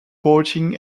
boating